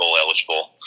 eligible